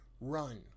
run